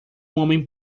homem